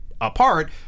apart